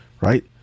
right